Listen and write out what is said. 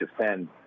defend